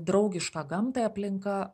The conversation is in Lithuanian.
draugiška gamtai aplinka